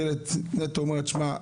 שמסתכלת נטו אומרת שמע,